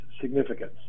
significance